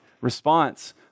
response